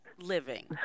living